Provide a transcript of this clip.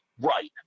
right